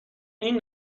این